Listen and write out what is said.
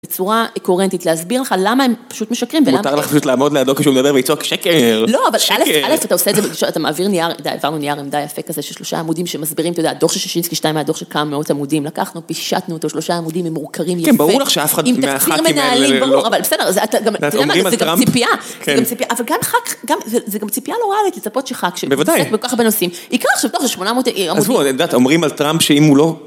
- בצורה קוהרנטית להסביר לך למה הם פשוט משקרים. - מותר לך פשוט לעמוד לידו כשהוא מדבר ולצעוק, שקר, שקר. לא, אבל אלף, אלף, אתה עושה את זה, אתה מעביר נייר עמדה, העברנו נייר עמדה יפה כזה, של שלושה עמודים שמסבירים, אתה יודע, דוח של שישינסקי, שתיים מהדוח של כמה מאות עמודים לקחנו, פישטנו אותו, שלושה עמודים, הם ממורקרים יפה. כן, ברור לך שאף אחד מהח"כים האלה לא... עם תקציר מנהלים, אבל בסדר, זה גם ציפייה. אבל גם ח"כ, זה גם ציפייה לא ריאלית לצפות שח"כ שמתעסק - בוודאי - בכל כך הרבה נושאים, יקרא עכשיו שמונה מאות עמודים. עזבו, את יודעת, אומרים על טראמפ שאם הוא לא...